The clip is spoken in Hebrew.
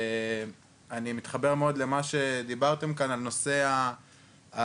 אני מתחבר מאוד למה שדיברתם כאן על נושא הבעייתיות